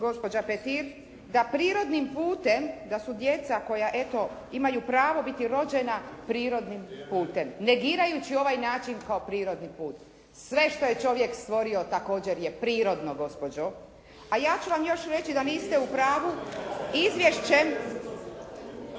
da su djeca koja eto imaju pravo biti rođena prirodnim putem, negirajući ovaj način kao prirodni put. Sve što je čovjek stvorio također je prirodno gospođo. A ja ću vam još reći da niste u pravu …/Govornica